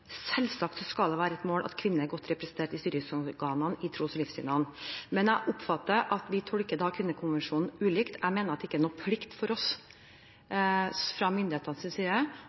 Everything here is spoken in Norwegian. Selvsagt skal det være et mål at kvinner er godt representert i styringsorganene i tros- og livssynssamfunn. Men jeg oppfatter at vi tolker Kvinnekonvensjonen ulikt. Jeg mener at det ikke er noen plikt for oss fra myndighetenes side